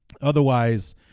Otherwise